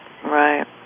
Right